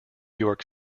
york